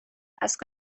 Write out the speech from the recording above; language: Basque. asko